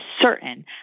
certain